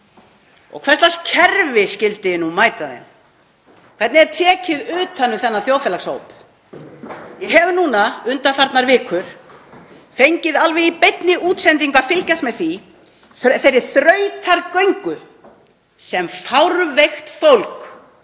Og hvers lags kerfi skyldi nú mæta þeim? Hvernig er tekið utan um þennan þjóðfélagshóp? Ég hef núna undanfarnar vikur fengið alveg í beinni útsendingu að fylgjast með þeirri þrautagöngu sem fárveikt fólk